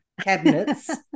cabinets